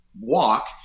walk